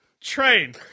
Train